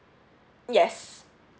yes